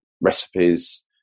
recipes